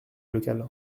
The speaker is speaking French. locale